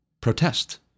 protest